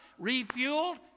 refueled